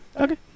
Okay